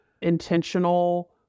intentional